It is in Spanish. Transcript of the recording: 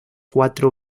cuatro